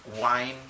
wine